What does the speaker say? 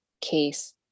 case